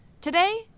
Today